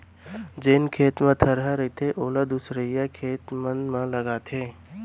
जेन खेत म थरहा रथे ओला दूसरइया खेत मन म लगाथें